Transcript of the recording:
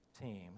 team